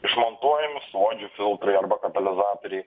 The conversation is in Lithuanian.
išmontuojami suodžių filtrai arba katalizatoriai